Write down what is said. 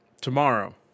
Tomorrow